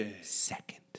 second